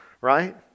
Right